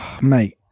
Mate